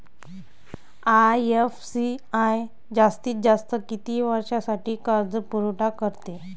IFCI जास्तीत जास्त किती वर्षासाठी कर्जपुरवठा करते?